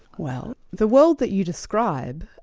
well, the world that you describe,